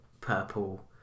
purple